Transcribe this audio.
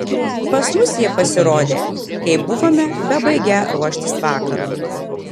pas mus jie pasirodė kai buvome bebaigią ruoštis vakarui